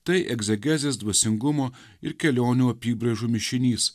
tai egzegezės dvasingumo ir kelionių apybraižų mišinys